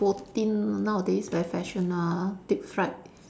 protein nowadays very fashion ah deep fried